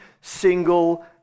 single